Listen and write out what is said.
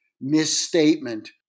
misstatement